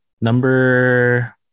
Number